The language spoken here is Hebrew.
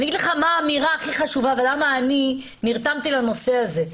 אני אומר לך מה האמירה החשובה ביותר ולמה אני נרתמתי לנושא הזה.